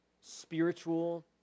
Spiritual